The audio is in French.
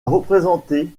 représenté